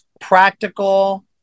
practical